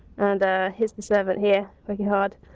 and here's the servant, here, working hard,